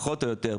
פחות או יותר.